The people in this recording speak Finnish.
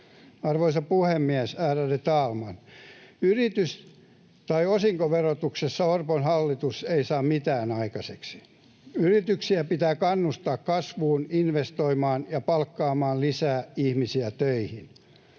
Arvoisa puhemies, ärade talman! Yritys- tai osinkoverotuksessa Orpon hallitus ei saa mitään aikaiseksi. Yrityksiä pitää kannustaa kasvuun, investoimaan ja palkkaamaan lisää ihmisiä töihin.